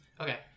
Okay